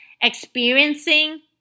experiencing